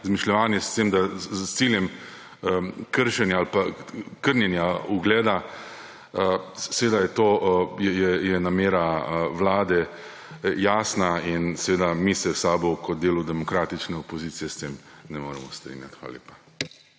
izmišljevanje s ciljem kršenja ali pa krnjenja ugleda, seveda je namera vlade jasna. In seveda se mi v SAB kot delu demokratične opozicije s tem ne moremo strinjati. Hvala lepa.